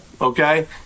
okay